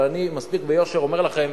אבל אני ביושר אומר לכם: